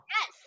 Yes